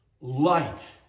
light